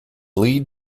lead